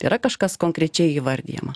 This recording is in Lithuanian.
yra kažkas konkrečiai įvardijama